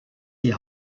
die